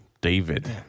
David